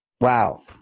Wow